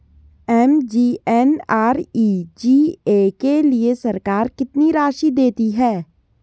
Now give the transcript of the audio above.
MGNREGA के लिए सरकार कितनी राशि देती है?